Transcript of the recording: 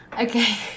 Okay